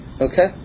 okay